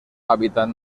hàbitat